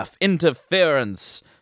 Interference